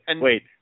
wait